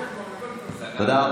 סגרנו את זה אתמול, הכול בסדר.